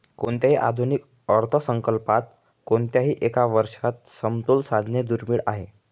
कोणत्याही आधुनिक अर्थसंकल्पात कोणत्याही एका वर्षात समतोल साधणे दुर्मिळ आहे